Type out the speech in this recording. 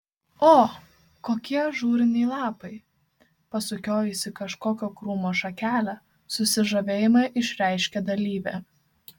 o kokie ažūriniai lapai pasukiojusi kažkokio krūmo šakelę susižavėjimą išreiškė dalyvė